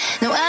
no